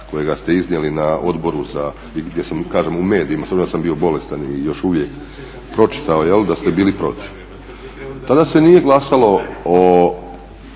kojega ste iznijeli na odboru, gdje sam kažem u medijima, s obzirom da sam bio bolestan i još uvijek, pročitao da ste bili protiv. Tada se nije glasalo o,